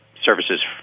services